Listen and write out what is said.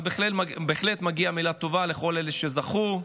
אבל בהחלט מגיעה מילה טובה לכל אלה שזכו,